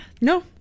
No